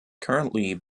currently